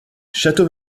château